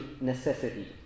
necessity